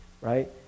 right